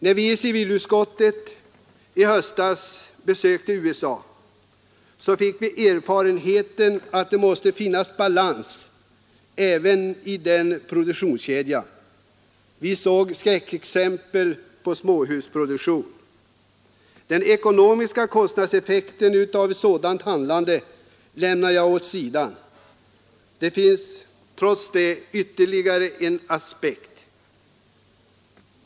När vi i civilutskottet i höstas besökte USA fick vi erfara att det måste finnas balans även i denna produktionskedja. Vi såg skräckexempel på småhusproduktion. Den ekonomiska kostnadseffekten av ett sådant handlande lämnar jag därhän; det finns ytterligare en aspekt.